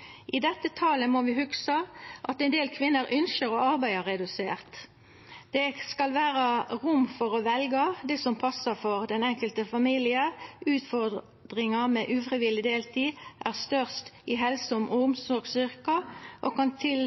I samband med dette talet må vi hugsa at ein del kvinner ynskjer å arbeida redusert. Det skal vera rom for å velja det som passar for den enkelte familien. Utfordringa med ufrivillig deltid er størst i helse- og omsorgsyrka. Det kan til